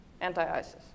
anti-ISIS